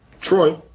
Troy